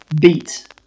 Beat